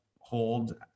hold